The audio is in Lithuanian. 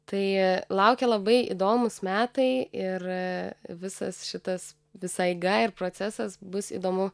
tai laukia labai įdomūs metai ir visas šitas visa eiga ir procesas bus įdomu